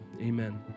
amen